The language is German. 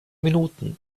minuten